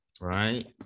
right